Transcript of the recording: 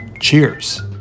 cheers